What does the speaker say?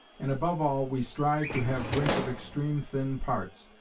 and above all, we strive to have drink of extreme thin parts,